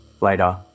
Later